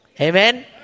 Amen